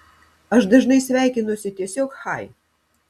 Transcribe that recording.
aš dažnai sveikinuosi tiesiog chai